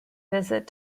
visit